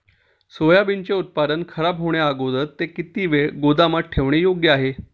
सोयाबीनचे उत्पादन खराब होण्याअगोदर ते किती वेळ गोदामात ठेवणे योग्य आहे?